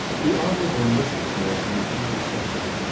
the honourable mrs. morton was now seventy,